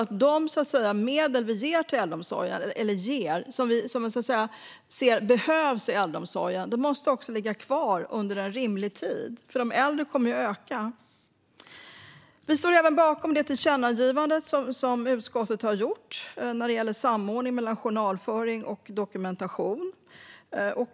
Jag tror att de medel vi ger till äldreomsorgen, eller som vi ser behövs i äldreomsorgen, måste ligga kvar under rimlig tid. Antalet äldre kommer ju att öka. Vi står även bakom det tillkännagivande som utskottet föreslår när det gäller samordning mellan journalföring och dokumentation.